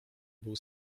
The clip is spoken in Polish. był